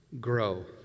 grow